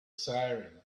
siren